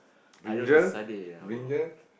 brinjal brinjal